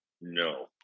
No